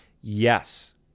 Yes